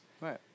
Right